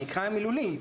אקרא מילולית.